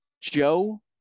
Joe